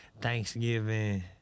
Thanksgiving